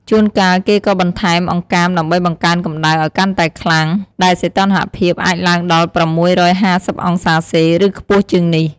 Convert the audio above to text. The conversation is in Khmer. ជួនកាលគេក៏បន្ថែមអង្កាមដើម្បីបង្កើនកំដៅឱ្យកាន់តែខ្លាំង ដែលសីតុណ្ហភាពអាចឡើងដល់ ៦៥០ អង្សាសេ ឬខ្ពស់ជាងនេះ។